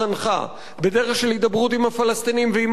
בדרך של הידברות עם הפלסטינים ועם העולם הערבי,